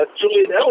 Julian